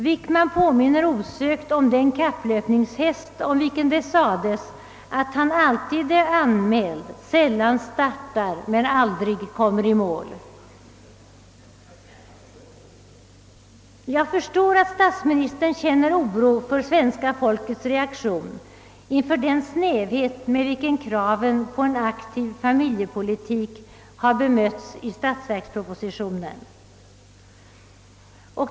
Wickman påminner osökt om den kapplöpningshäst om vilken det sades att han alltid är anmäld, sällan startar och aldrig kommer i mål. Jag förstår att statsministern känner oro inför svenska folkets reaktion med anledning av den snävhet, med vilken kraven på en aktiv familjepolitik har bemötts i statsverkspropositionen.